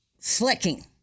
Flicking